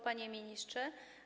Panie Ministrze!